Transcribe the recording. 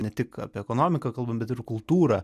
ne tik apie ekonomiką kalbam bet ir kultūrą